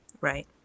Right